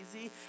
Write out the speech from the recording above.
easy